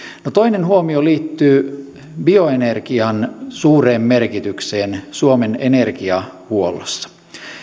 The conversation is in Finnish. toinen huomio liittyy bioenergian suureen merkitykseen suomen energiahuollossa